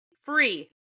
free